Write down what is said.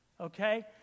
okay